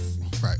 Right